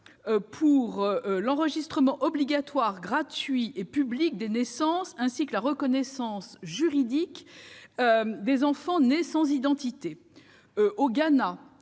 à l'enregistrement obligatoire, gratuit et public des naissances, ainsi qu'à la reconnaissance juridique des enfants sans identité,